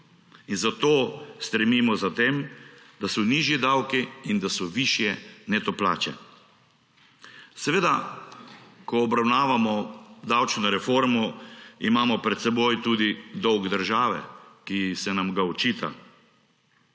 Zato stremimo za tem, da so nižji davki in da so višje neto plače. Seveda, ko obravnavamo davčno reformo, imamo pred seboj tudi dolg države, ki se nam ga očita.